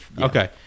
Okay